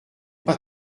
pas